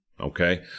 okay